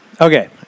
Okay